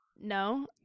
No